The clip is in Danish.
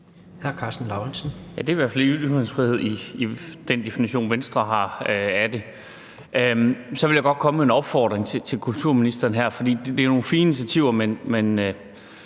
det er i hvert fald ikke ytringsfrihed ifølge den definition, som Venstre har af det. Så vil jeg gerne komme med en opfordring til kulturministeren her, for det er nogle fine initiativer, men